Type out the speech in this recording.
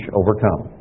overcome